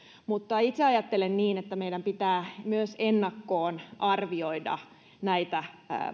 mutta itse ajattelen niin että meidän pitää myös ennakkoon arvioida näitä